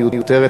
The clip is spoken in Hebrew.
המיותרת,